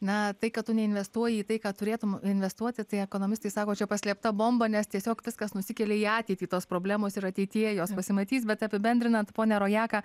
na tai kad tu neinvestuoji į tai ką turėtum investuoti tai ekonomistai sako čia paslėpta bomba nes tiesiog viskas nusikelia į ateitį tos problemos ir ateityje jos pasimatys bet apibendrinant ponia rojaka